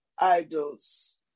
idols